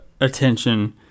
attention